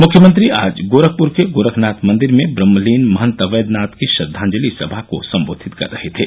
मुख्यमंत्री आज गोरखपुर के गोरखनाथ मंदिर में ब्रहमलीन महत अवेद्यनाथ की श्रद्वाजलि सभा को सम्बोधित कर रहे थे